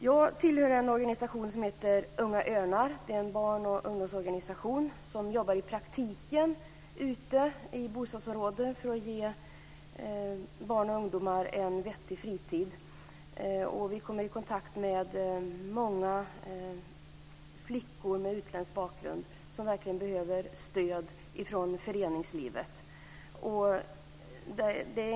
Jag tillhör organisationen Unga Örnar, en barnoch ungdomsorganisation som jobbar praktiskt ute i bostadsområden för att ge barn och ungdomar en vettig fritid. Vi kommer i kontakt med många flickor med utländsk bakgrund som verkligen behöver stöd från föreningslivet.